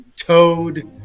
toad